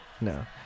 No